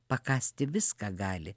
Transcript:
pakasti viską gali